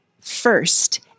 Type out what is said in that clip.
first